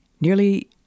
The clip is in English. nearly